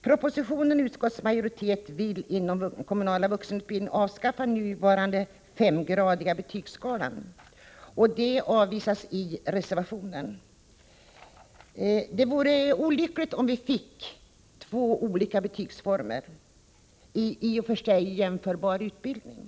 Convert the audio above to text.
Propositionen och utskottsmajoriteten vill inom den kommunala vuxenutbildningen avskaffa den nuvarande femgradiga betygsskalan, och det avvisas i reservationen. Det vore olyckligt om vi fick två olika betygsformer för i och för sig jämförbar utbildning.